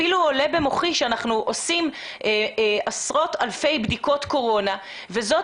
אפילו עולה במוחי שאנחנו עושים עשרות אלפי בדיקות קורונה וזאת